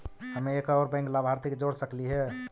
हम एक और बैंक लाभार्थी के जोड़ सकली हे?